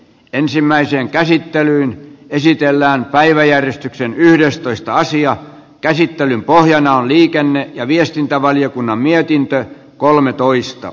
ensimmäiseen käsittelyyn esitellään päiväjärjestyksen yhdestoista asian käsittelyn pohjana on liikenne ja viestintävaliokunnan mietintö